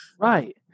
Right